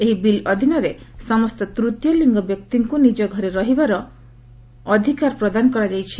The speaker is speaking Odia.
ଏହି ବିଲ୍ ଅଧୀନରେ ସମସ୍ତ ତୂତୀୟ ଲିଙ୍ଗ ବ୍ୟକ୍ତିଙ୍କୁ ନିକ ଘରେ ରହିବାର ପ୍ରଦାନ କରାଯାଇଛି